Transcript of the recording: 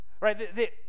right